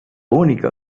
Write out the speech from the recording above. única